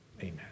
Amen